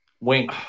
Wink